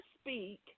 speak